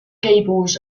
gables